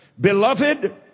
Beloved